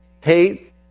hate